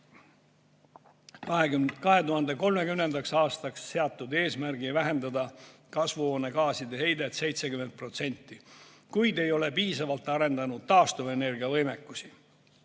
2030. aastaks seatud eesmärgi vähendada kasvuhoonegaaside heidet 70%, kuid ei ole piisavalt arendanud taastuvenergia võimekusi.